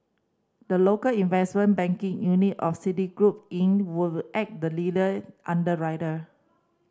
the local investment banking unit of Citigroup Inc will act the lead underwriter